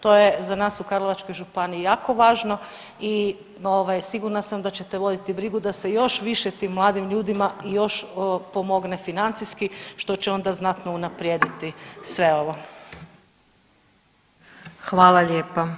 To je za nas u Karlovačkoj županiji jako važno i ovaj, sigurna sam da ćete voditi brigu da se još više tim mladim ljudima još pomogne financijski što će onda znatno unaprijediti sve ovo.